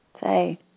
Say